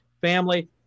family